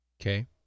Okay